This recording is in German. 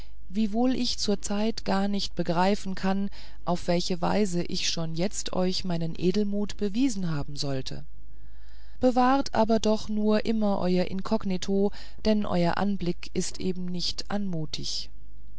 wiewohl ich zurzeit gar nicht begreifen kann auf welche weise ich schon jetzt euch meinen edelmut bewiesen haben sollte bewahrt aber doch nur immer euer inkognito denn euer anblick ist eben nicht anmutig